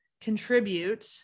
contribute